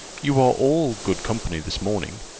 you are all good company this morning.